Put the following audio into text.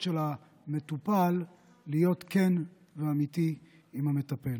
של המטופל להיות כן ואמיתי עם המטפל.